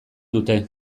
dute